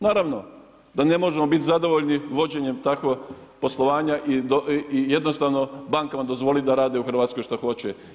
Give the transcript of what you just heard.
Naravno da ne možemo biti zadovoljni vođenjem takvog poslovanja i jednostavno bankama dozvoliti da rade u Hrvatskoj šta hoće.